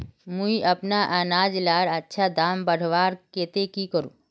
मुई अपना अनाज लार अच्छा दाम बढ़वार केते की करूम?